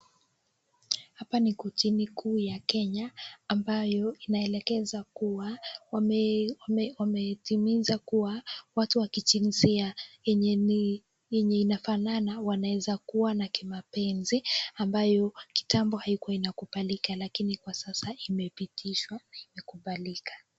Hapa ni kortini kuu ya Kenya ambayo inaelekeza kuwa wametimiza kuwa watu wa kijinsia yenye inafanana wanaweza kuwa na kimapenzi ambayo kitambo haikuwa inakubalika alafu lakini kwa sasa imepitishwa na kupalika.